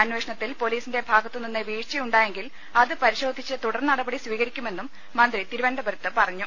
അന്വേഷണത്തിൽ പൊലീസിന്റെ ഭാഗത്തു നിന്ന് വീഴ്ചയു ണ്ടായെങ്കിൽ അത് പരിശോധിച്ച് തുടർനടപടി സ്വീകരിക്കു മെന്നും മന്ത്രി തിരുവനന്തപുരത്ത് പറഞ്ഞു